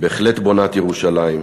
בהחלט בונת ירושלים,